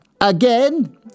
Again